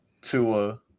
Tua